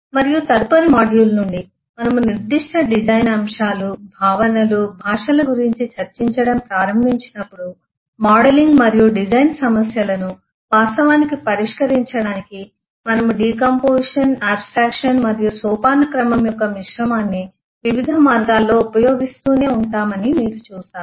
మరియు తదుపరి మాడ్యూల్ నుండి మనము నిర్దిష్ట డిజైన్ అంశాలు భావనలు భాషల గురించి చర్చించడం ప్రారంభించినప్పుడు మోడలింగ్ మరియు డిజైన్ సమస్యలను వాస్తవానికి పరిష్కరించడానికి మనము డికాంపొజిషన్ ఆబ్స్ట్రక్షన్ మరియు సోపానక్రమం యొక్క మిశ్రమాన్ని వివిధ మార్గాల్లో ఉపయోగిస్తూనే ఉంటామని మీరు చూస్తారు